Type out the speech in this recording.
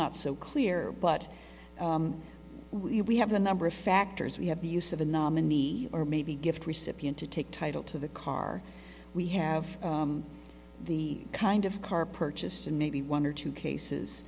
not so clear but we have a number of factors we have the use of a nominee or maybe gift recipient to take title to the car we have the kind of car purchased and maybe one or two cases